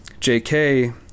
jk